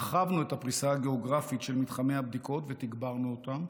הרחבנו את הפריסה הגיאוגרפית של מתחמי הבדיקות ותגברנו אותם.